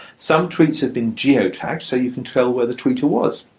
some tweets have been geo-tagged so you can tell where the tweeter was.